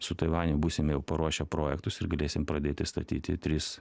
su taivaniu būsime jau paruošę projektus ir galėsim pradėti statyti tris